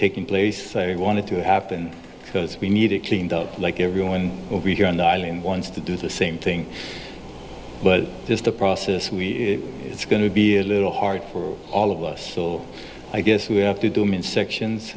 taking place he wanted to happen because we need it cleaned up like everyone over here on the island wants to do the same thing but just the process and we it's going to be a little hard for all of us so i guess we have to do him in sections